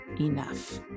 enough